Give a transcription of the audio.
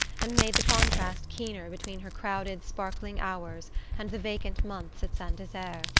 and made the contrast keener between her crowded sparkling hours and the vacant months at saint desert.